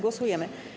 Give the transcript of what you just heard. Głosujemy.